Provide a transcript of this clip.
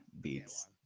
beats